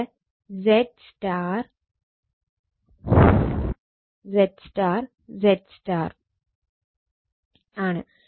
ഇത് ZY ZY ZY ആണ്